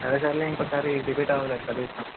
సరే సరేలే ఇంకొక సారి రిపీట్ అవ్వదులే చదివిస్తాము